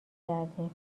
کردیم